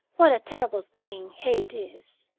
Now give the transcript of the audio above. what a terrible thing hate is.